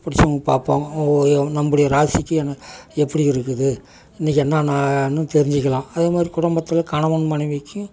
பிடிச்சவங்க பார்ப்பாங்க நம்மளுடைய ராசிக்கு எப்படி இருக்குது இன்னிக்கி என்னன்னனு தெரிஞ்சிக்கலாம் அதேமாதிரி குடும்பத்தில் கணவன் மனைவிக்கு